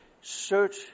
search